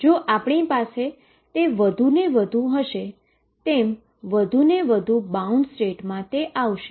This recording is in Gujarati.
જો આપણી પાસે તે વધુ ને વધુ હશે તેમ વધુ ને વધુ બાઉન્ડ સ્ટેટમાં તે આવશે